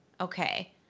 Okay